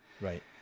Right